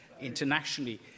internationally